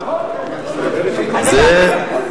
נכון.